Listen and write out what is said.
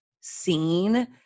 seen